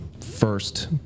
first